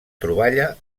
troballa